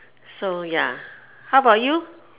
so ya how about you